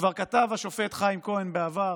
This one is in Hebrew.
כבר כתב השופט חיים כהן בעבר: